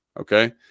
Okay